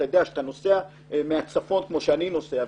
כשאתה נוסע מהצפון כמו שאני נוסע,